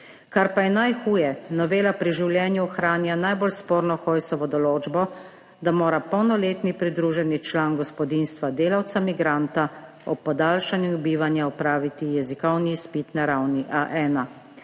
Kar pa je najhuje, novela pri življenju ohranja najbolj sporno Hojsovo določbo, da mora polnoletni pridruženi član gospodinjstva delavca migranta ob podaljšanju bivanja opraviti jezikovni izpit na ravni A1.